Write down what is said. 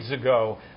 ago